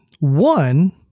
One